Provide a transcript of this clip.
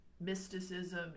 mysticism